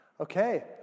Okay